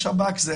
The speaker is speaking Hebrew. איכוני שב"כ זה